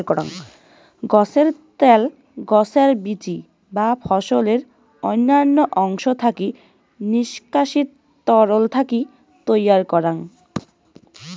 গছের ত্যাল, গছের বীচি বা ফলের অইন্যান্য অংশ থাকি নিষ্কাশিত তরল থাকি তৈয়ার করাং